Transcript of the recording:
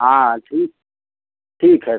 हाँ ठीक ठीक है